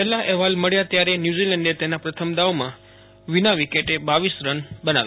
છેલ્લા અહેવાલ મળ્યા ત્યારે ન્યુઝીલેન્ડે તેના પ્રથમ દાવમાં વિના વિકેટે રર રન બનાવ્યા છે